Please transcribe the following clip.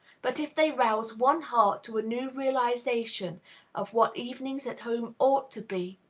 but if they rouse one heart to a new realization of what evenings at home ought to be,